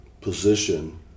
position